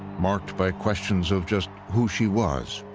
marked by questions of just who she was.